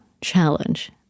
challenge